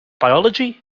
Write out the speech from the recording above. biology